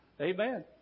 Amen